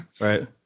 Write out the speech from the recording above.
right